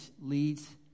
leads